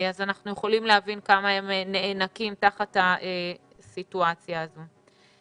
אנחנו יכולים להבין כמה הם נאנקים תחת הסיטואציה הזאת.